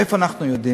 מאיפה אנחנו יודעים?